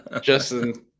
Justin